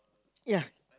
ya